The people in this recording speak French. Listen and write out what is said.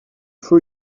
faut